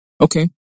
Okay